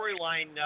storyline